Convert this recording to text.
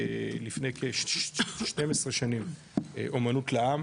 לפני כ-12 שנים, 'אמנות לעם'